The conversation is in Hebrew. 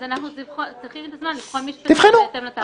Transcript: אז אנחנו צריכים את הזמן לבחון משפטית --- תבחנו.